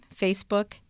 Facebook